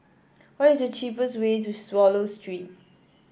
what is the cheapest way to Swallow Street